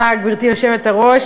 גברתי היושבת-ראש,